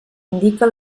indica